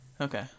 Okay